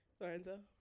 Lorenzo